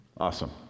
Awesome